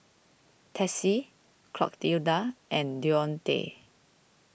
Tessie Clotilda and Deontae